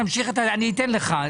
אני אתן לך.